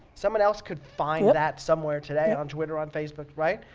someone else could find that somewhere today on twitter, on facebook, right?